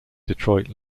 detroit